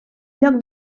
lloc